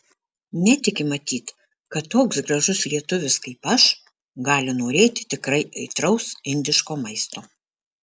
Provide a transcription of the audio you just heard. netiki matyt kad toks gražus lietuvis kaip aš gali norėti tikrai aitraus indiško maisto